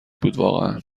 بودواقعا